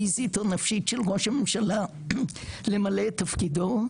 פיסית או נפשית של ראש הממשלה למלא את תפקידו,